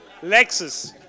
Lexus